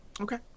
Okay